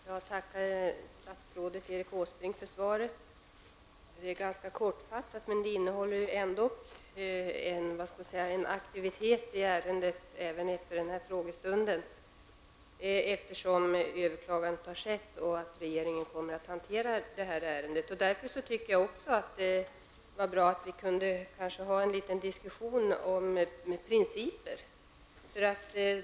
Fru talman! Jag tackar statsrådet Erik Åsbrink för svaret. Det är kortfattat, men innehåller ändå löfte om aktivitet i ärendet även efter den här frågestunden, eftersom överklagande har skett och regeringen kommer att hantera ärendet. Därför tycker jag också det vore bra om vi kunde ha en diskussion om principer.